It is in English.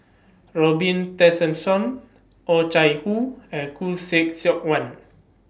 Robin Tessensohn Oh Chai Hoo and Khoo Seok Wan